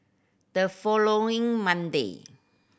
the following Monday